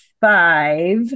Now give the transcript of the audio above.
five